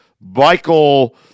Michael